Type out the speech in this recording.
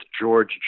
George